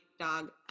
dog